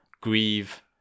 grieve